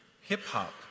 hip-hop